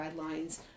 guidelines